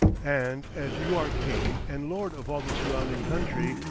and as you are king and lord of all the surrounding country,